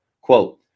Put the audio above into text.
quote